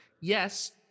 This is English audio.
yes